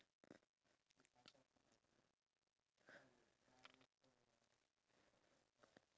if we were to go shopping then they can pick out whatever they want and that's when I jump in and